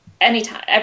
Anytime